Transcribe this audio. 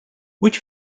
which